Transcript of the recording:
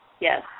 Yes